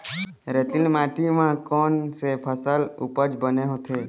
रेतीली माटी म कोन से फसल के उपज बने होथे?